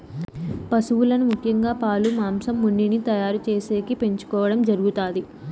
పసువులను ముఖ్యంగా పాలు, మాంసం, ఉన్నిని తయారు చేసేకి పెంచుకోవడం జరుగుతాది